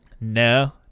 No